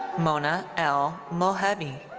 mona l. mohebbi.